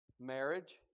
marriage